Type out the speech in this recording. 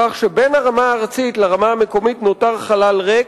כך שבין הרמה הארצית לרמה המקומית נותר חלל ריק